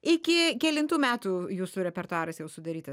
iki kelintų metų jūsų repertuaras jau sudarytas